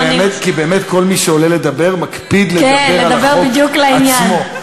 כי באמת כל מי שעולה לדבר מקפיד לדבר על החוק עצמו.